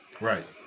Right